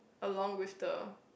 along with the